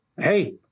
Hey